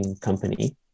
company